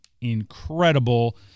incredible